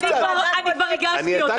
אני לא רואה.